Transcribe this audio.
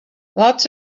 lots